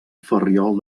ferriol